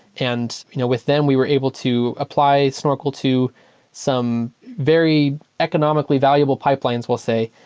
and you know with them, we were able to apply snorkel to some very economically valuable pipelines, we'll say,